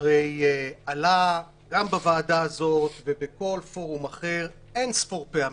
הרי עלה גם בוועדה הזאת ובכל פורום אחר אינספור פעמים.